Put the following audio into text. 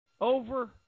Over